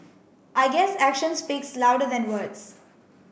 I guess action speaks louder than words